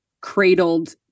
cradled